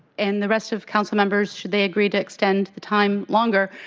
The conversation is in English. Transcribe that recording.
and the rest of councilmembers, should they agree to extend the time longer,